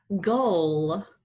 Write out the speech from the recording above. goal